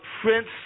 Prince